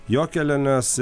jo keliones